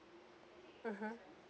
mmhmm